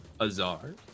Azar